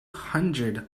hundred